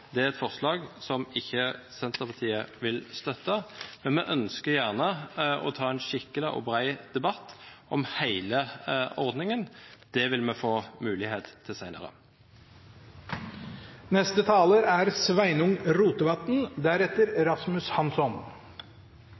Det er et forslag som ikke Senterpartiet vil støtte, men vi ønsker gjerne å ta en skikkelig og bred debatt om hele ordningen. Det vil vi få mulighet til senere. Eg er glad i fårikål, men eg er